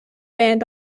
band